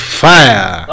fire